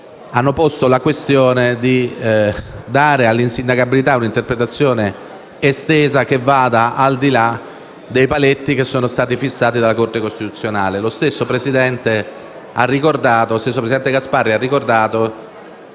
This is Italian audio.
hanno posto la questione di dare all'insindacabilità una interpretazione estesa che vada al di là dei paletti fissati dalla Corte costituzionale. Lo stesso presidente Gasparri ha ricordato